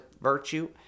virtue